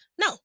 No